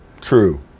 True